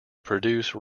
produce